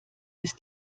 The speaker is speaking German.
ist